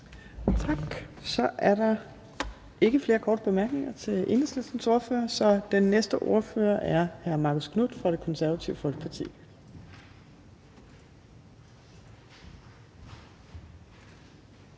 Tak. Så er der ikke flere korte bemærkninger til Enhedslistens ordfører. Den næste ordfører er hr. Marcus Knuth fra Det Konservative Folkeparti.